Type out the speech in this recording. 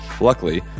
Luckily